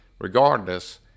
regardless